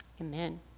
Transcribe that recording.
Amen